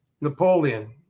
Napoleon